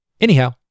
Anyhow